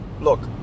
look